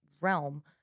realm